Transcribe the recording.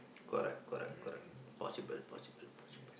correct correct correct possible possible possible